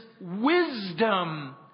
wisdom